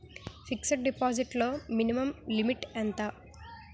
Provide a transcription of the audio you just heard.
Fixed deposit లో minimum limit ఎంత?